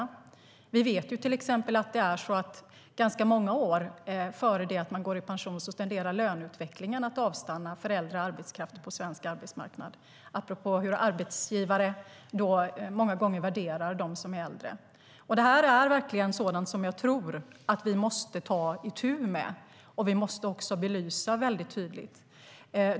Vi vet till exempel att ganska många år innan man går i pension tenderar löneutvecklingen att avstanna för äldre arbetskraft på svensk arbetsmarknad - detta säger jag apropå hur arbetsgivare många gånger värderar dem som är äldre. Detta är verkligen sådant som jag tror att vi måste ta itu med och också belysa tydligt.